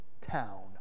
town